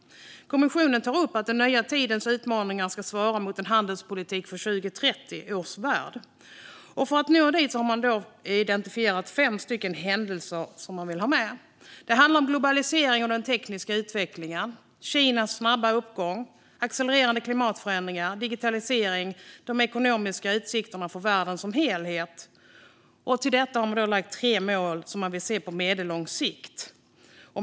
Kommissionen tar upp att den nya tidens utmaningar ska svara mot en handelspolitik för 2030 års värld. För att nå dit har man identifierat fem händelser som man vill ha med. Det handlar om globaliseringen och den tekniska utvecklingen, Kinas snabba uppgång, accelererande klimatförändringar, digitalisering och de ekonomiska utsikterna för världen som helhet. Till detta har man lagt tre mål som man vill se på medellång sikt.